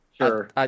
Sure